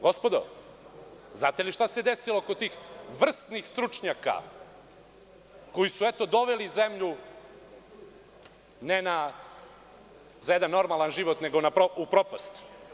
Gospodo, znate li šta se desilo kod tih vrsnih stručnjaka koji su doveli zemlju, ne za jedan normalan život nego u propast?